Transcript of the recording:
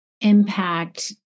impact